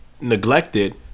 neglected